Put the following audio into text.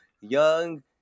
young